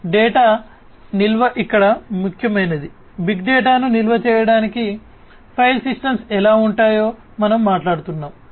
data నిల్వ ఇక్కడ ముఖ్యమైనది బిగ్ డేటాను నిల్వ చేయడానికి ఫైల్ సిస్టమ్స్ ఎలా ఉంటాయో మనం మాట్లాడుతున్నాము